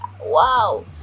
wow